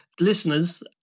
listeners